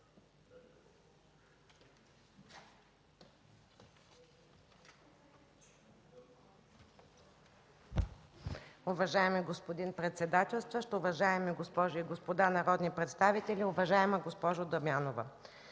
Уважаеми господин председател, уважаеми госпожи и господа народни представители! Уважаема госпожо Дамянова,